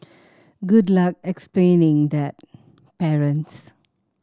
good luck explaining that parents